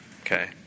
okay